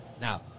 Now